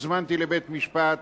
הוזמנתי לבית-משפט,